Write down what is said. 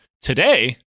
today